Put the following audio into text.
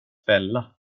fälla